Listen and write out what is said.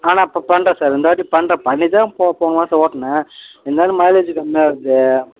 ஆ நான் இப்போ பண்ணுறேன் சார் இந்தவாட்டி பண்ணுறேன் பண்ணிட்டுதான் போ போன மாசம் ஓட்டினேன் இருந்தாலும் மைலேஜு கம்மியாக வருது